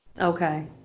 Okay